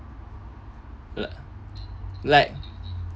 like like